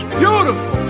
beautiful